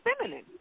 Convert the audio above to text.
feminine